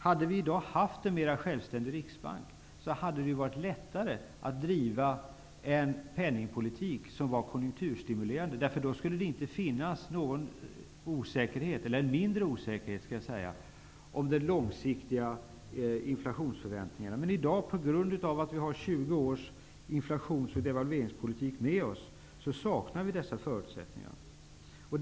Hade vi i dag haft en mera självständig riksbank, hade det varit lättare att driva en penningpolitik som var konjunkturstimulerande, för då skulle det inte finnas någon osäkerhet -- det skulle råda mindre osäkerhet, skall jag säga -- om de långsiktiga inflationsförväntningarna. Men i dag, på grund av att vi har 20 års inflations och devalveringspolitik med oss, saknar vi dessa förutsättningar.